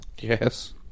Yes